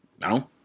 No